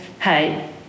hey